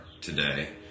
today